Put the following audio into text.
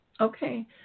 Okay